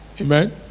Amen